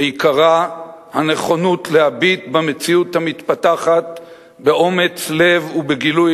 ועיקרה הנכונות להביט במציאות המתפתחת באומץ לב ובגילוי